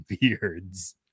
Beards